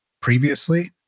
previously